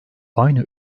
aynı